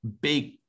big